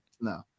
No